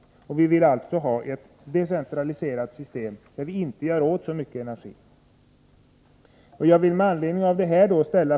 Vi vill ha ett decentraliserat system, där vi inte gör av med så mycket energi.